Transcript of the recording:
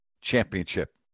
championship